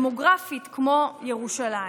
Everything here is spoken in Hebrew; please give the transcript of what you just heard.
דמוגרפית כמו ירושלים.